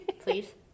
please